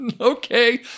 Okay